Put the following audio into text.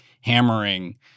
hammering